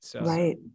Right